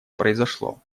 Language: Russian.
произошло